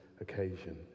occasion